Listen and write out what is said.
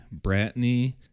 Bratney